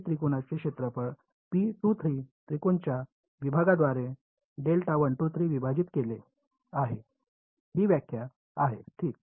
हे त्रिकोणाचे क्षेत्रफळ त्रिकोणाच्या भागाद्वारे विभाजित केले आहे ही व्याख्या आहे ठीक